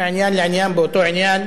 מעניין לעניין באותו עניין.